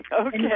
Okay